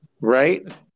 Right